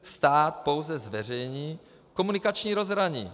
Stát pouze zveřejní komunikační rozhraní.